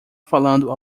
falando